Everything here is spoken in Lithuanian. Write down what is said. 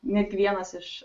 net vienas iš